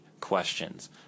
questions